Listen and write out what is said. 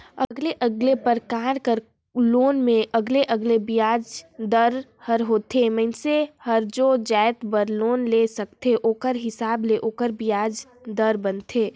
अलगे अलगे परकार के लोन में अलगे अलगे बियाज दर ह होथे, मइनसे हर जे जाएत बर लोन ले रहथे ओखर हिसाब ले ओखर बियाज दर बनथे